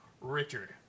Richard